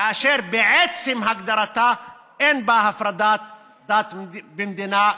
בעצם הגדרתה אין בה הפרדת דת ומדינה,